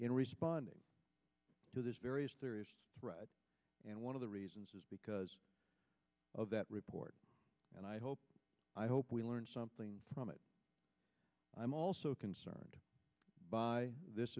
in responding to this very thread and one of the reasons is because of that report and i hope i hope we learn something from it i'm also concerned by this